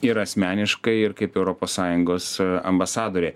ir asmeniškai ir kaip europos sąjungos ambasadorė